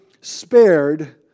spared